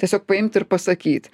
tiesiog paimt ir pasakyt